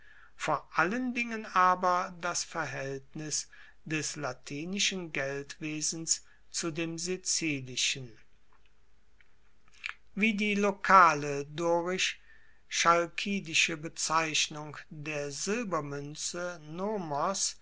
vor allen dingen aber das verhaeltnis des latinischen geldwesens zu dem sizilischen wie die lokale dorisch chalkidische bezeichnung der silbermuenze